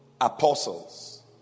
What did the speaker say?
apostles